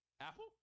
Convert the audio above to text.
apple